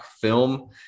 film